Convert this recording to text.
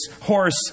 horse